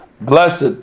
blessed